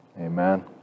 Amen